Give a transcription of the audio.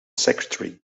secretary